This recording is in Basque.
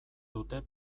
dute